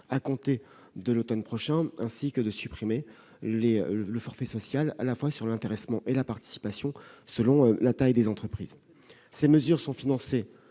à compter de l'automne prochain et la suppression du forfait social à la fois sur l'intéressement et la participation, selon la taille des entreprises. Ces mesures sont financées